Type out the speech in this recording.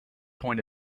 point